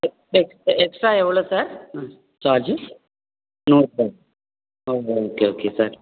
எ எ எ எக்ஸ்ட்ரா எவ்வளோ சார் ஆ சார்ஜு நூறுரூபா okay sir okay okay sir